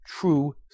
true